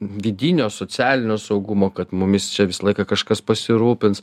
vidinio socialinio saugumo kad mumis čia visą laiką kažkas pasirūpins